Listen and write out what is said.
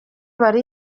bari